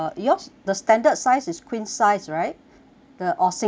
the standard size is queen size right the or single right